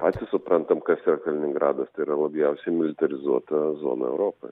patys suprantame kas yra kaliningradas tai yra labiausiai militarizuota zona europoje